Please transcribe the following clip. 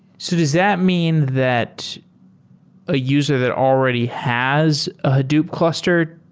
so does that mean that a user that already has a hadoop cluster,